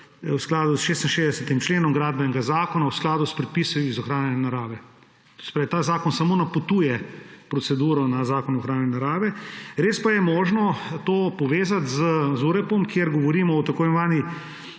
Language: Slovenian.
v skladu s 66. členom gradbenega zakona v skladu s predpisi iz ohranjanja narave. To se pravi, ta zakon samo napotuje proceduro na Zakon o ohranjanju narave. Res pa je možno to povezati z ZUreP, kjer govorimo o tako